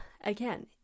again